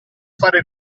fare